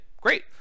great